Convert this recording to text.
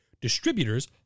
Distributors